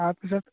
তাৰপিছত